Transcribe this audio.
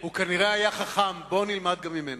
הוא כנראה היה חכם, בואו נלמד גם ממנו.